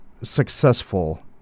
Successful